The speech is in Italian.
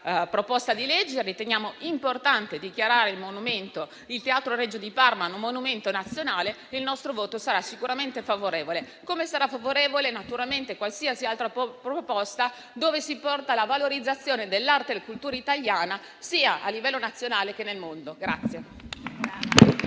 proposta di legge e riteniamo importante dichiarare il Teatro Regio di Parma monumento nazionale. Il nostro voto sarà sicuramente favorevole, come sarà favorevole, naturalmente, su qualsiasi altra proposta volta alla valorizzazione dell'arte e della cultura italiana sia a livello nazionale che nel mondo.